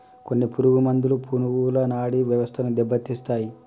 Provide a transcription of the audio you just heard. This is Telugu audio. కొన్ని పురుగు మందులు పురుగుల నాడీ వ్యవస్థను దెబ్బతీస్తాయి